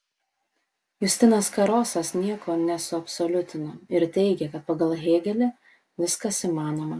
justinas karosas nieko nesuabsoliutino ir teigė kad pagal hėgelį viskas įmanoma